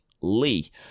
Lee